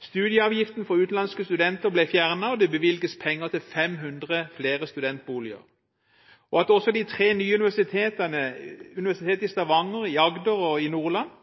Studieavgiften for utenlandske studenter ble fjernet, og det bevilges penger til 500 flere studentboliger. At også de tre nye universitetene, i Stavanger, i Agder og i Nordland,